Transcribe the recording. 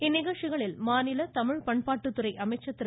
இந்நிகழ்ச்சிகளில் மாநில தமிழ் பண்பாட்டுத்துறை அமைச்சர் திரு